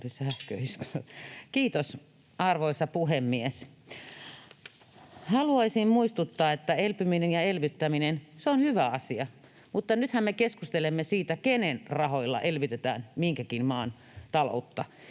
Kiitos, arvoisa puhemies! Haluaisin muistuttaa, että elpyminen ja elvyttäminen on hyvä asia, mutta nythän me keskustelemme siitä, kenen rahoilla elvytetään minkäkin maan taloutta.